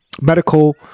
medical